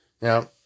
Now